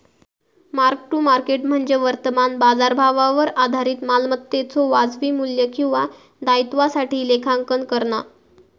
mark to market म्हणजे वर्तमान बाजारभावावर आधारित मालमत्तेच्यो वाजवी मू्ल्य किंवा दायित्वासाठी लेखांकन करणा